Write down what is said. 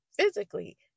physically